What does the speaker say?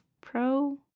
Pro